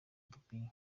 gakwiye